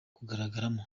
kugaragaramo